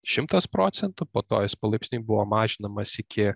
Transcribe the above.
šimtas procentų po to jis palaipsniui buvo mažinamas iki